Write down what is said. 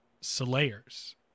Slayers